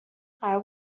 قرار